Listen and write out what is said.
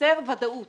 לייצר ודאות